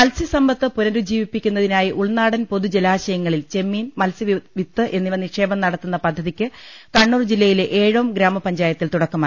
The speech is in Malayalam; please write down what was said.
മത്സ്യസമ്പത്ത് പുനരുജ്ജീവിപ്പിക്കുന്നതിനായി ഉൾനാടൻ പൊതുജലാശയങ്ങളിൽ ചെമ്മീൻ മത്സ്യവിത്ത് എന്നിവ നി ക്ഷേപം നടത്തുന്ന പദ്ധതിക്ക് കണ്ണൂർ ജില്ലയിലെ ഏഴോം ഗ്രാ മപഞ്ചായത്തിൽ തുടക്കമായി